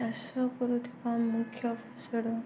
ଚାଷ କରୁଥିବା ମୁଖ୍ୟ ଫସଲ